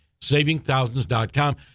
SavingThousands.com